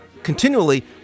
continually